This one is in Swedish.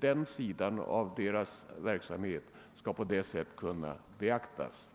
Denna sida av skytterörelsens verksamhet borde kunna beaktas